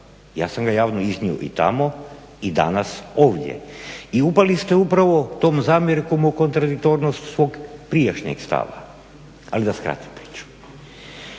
Ja sam ga javno iznio i tamo i danas ovdje i upali ste upravo tom zamjerkom u kontradiktornost svog prijašnjeg stava. Ali da skratim priču,